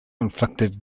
inflicted